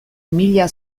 mila